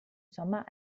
sommer